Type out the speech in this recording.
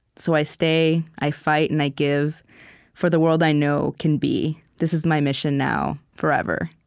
so i stay, i fight, and i give for the world i know can be. this is my mission now, forever.